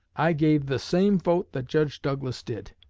i gave the same vote that judge douglas did.